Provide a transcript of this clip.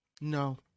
No